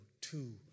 two